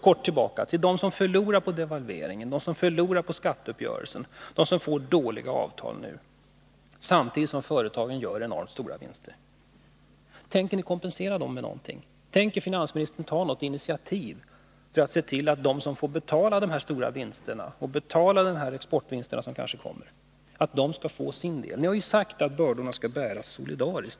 Kort tillbaka: De som förlorar på devalveringen, de som förlorar på skatteuppgörelsen, de som får dåliga avtal, samtidigt som företagen gör enormt stora vinster — tänker ni kompensera dem med någonting? Tänker finansministern ta något initiativ för att se till att de som får betala dessa stora vinster, och de exportvinster som kanske kommer, skall få sin del? Ni har ju sagt i ert program att bördorna skall bäras solidariskt.